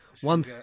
one